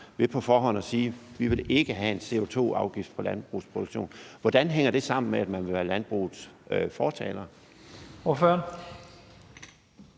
ved på forhånd at sige: Vi vil ikke have en CO2-afgift på landbrugets produktion. Hvordan hænger det sammen med, at man vil være landbrugets fortalere?